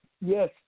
Yes